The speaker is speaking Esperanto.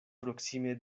proksime